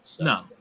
No